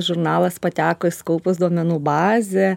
žurnalas pateko į skoupus duomenų bazę